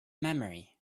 memory